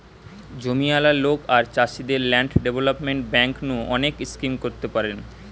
জমিয়ালা লোক আর চাষীদের ল্যান্ড ডেভেলপমেন্ট বেঙ্ক নু অনেক স্কিম করতে পারেন